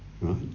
right